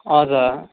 हजुर